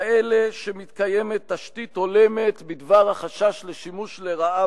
כאלה שמתקיימת בהן תשתית הולמת בדבר החשש לשימוש לרעה